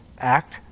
act